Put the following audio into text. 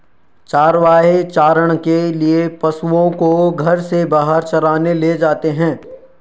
चरवाहे चारण के लिए पशुओं को घर से बाहर चराने ले जाते हैं